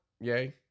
yay